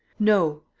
no.